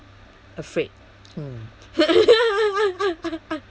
afraid mm